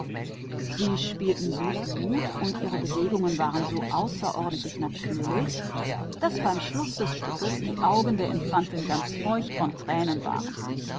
sie spielten so gut und ihre gesten waren so natürlich daß am schluß des spieles die augen der infantin ganz von tränen verdunkelt waren